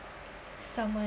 someone